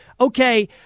okay